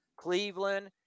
Cleveland